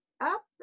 up